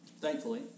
thankfully